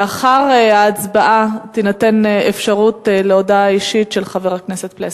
לאחר ההצבעה תינתן אפשרות להודעה אישית של חבר הכנסת פלסנר.